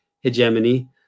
hegemony